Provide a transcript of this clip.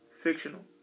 fictional